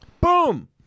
Boom